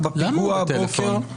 בטלפון --- למה הוא בטלפון?